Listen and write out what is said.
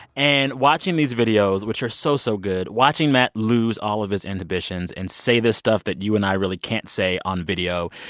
and watching these videos, which are so, so good watching matt lose all of his inhibitions and say this stuff that you and i really can't say on video,